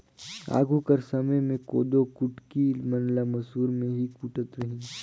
आघु कर समे मे कोदो कुटकी मन ल मूसर मे ही कूटत रहिन